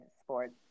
sports